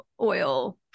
oil